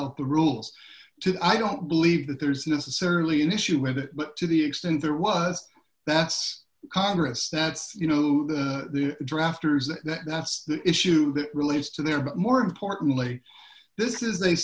out the rules to i don't believe that there's necessarily an issue with it but to the extent there was that's congress that's you know the drafters that that's the issue that relates to there but more importantly this is